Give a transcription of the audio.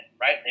right